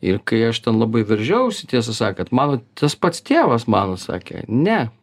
ir kai aš ten labai veržiausi tiesą sakant man tas pats tėvas man va sakė ne